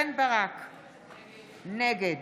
נגד